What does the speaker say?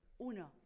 Uno